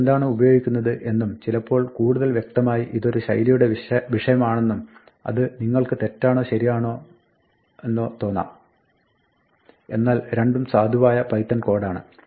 നമ്മൾ എന്താണ് ഉപയോഗിക്കുന്നത് എന്നും ചിലപ്പോൾ കൂടുതൽ വ്യക്തമായി ഇതൊരു ശൈലിയുടെ വിഷയമാണെന്നും അത് നിങ്ങൾക്ക് തെറ്റാണെന്നോ ശരിയാണെന്നോ തോന്നാം എന്നാൽ രണ്ടും സാധുവായ പൈത്തൺ കോഡാണ്